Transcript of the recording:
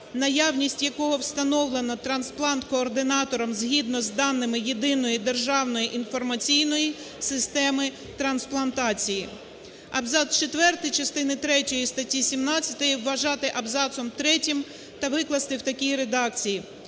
наявність якого встановленотрансплант-координатором згідно з даними Єдиної державної інформаційної системи трансплантації". Абзац четвертий частини третьої статті 17 вважати абзацом третім та викласти в такій редакції: